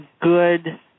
good